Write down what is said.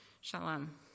Shalom